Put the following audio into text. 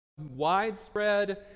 Widespread